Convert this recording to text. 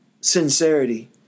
sincerity